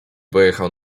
pojechał